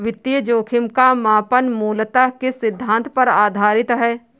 वित्तीय जोखिम का मापन मूलतः किस सिद्धांत पर आधारित है?